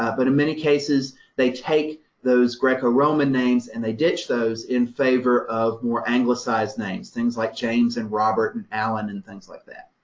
ah but in many cases they take those greco-roman names and they ditch those in favor more anglicized names, things like james and robert and allan and things like that.